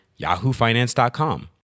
yahoofinance.com